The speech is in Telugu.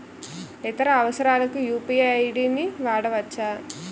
ఇతర అవసరాలకు యు.పి.ఐ ఐ.డి వాడవచ్చా?